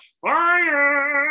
fire